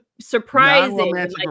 surprising